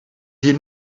hier